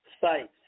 sites